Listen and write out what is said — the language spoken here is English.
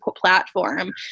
platform